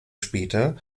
später